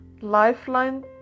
Lifeline